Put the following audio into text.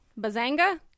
bazanga